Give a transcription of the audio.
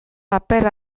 paper